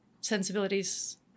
sensibilities